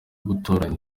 gutoranywa